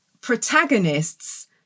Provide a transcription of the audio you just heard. protagonists